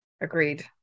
Agreed